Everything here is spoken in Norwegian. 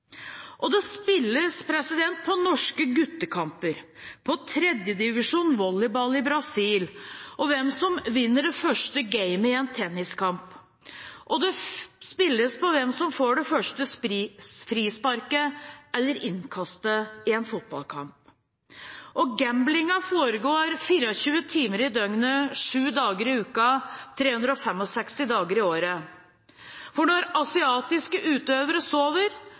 Det spilles på norske guttekamper, på 3. divisjon volleyball i Brasil, på hvem som vinner det første gamet i en tenniskamp, og det spilles på hvem som får det første frisparket eller innkastet i en fotballkamp. Gamblingen foregår 24 timer i døgnet, 7 dager i uken, 365 dager i året. For når asiatiske utøvere sover,